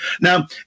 Now